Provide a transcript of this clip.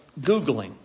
Googling